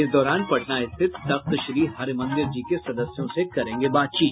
इस दौरान पटना स्थित तख्त श्री हरिमंदिर जी के सदस्यों से करेंगे बातचीत